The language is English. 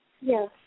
Yes